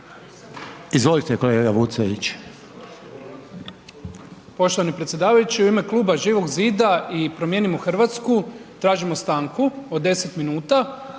Izvolite kolega. **Vucelić,